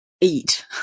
eat